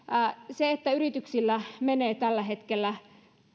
se että yrityksillä menee tällä hetkellä